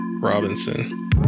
Robinson